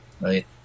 right